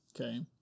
Okay